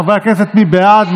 חבריי הכנסת, מי בעד?